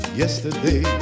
yesterday